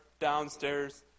downstairs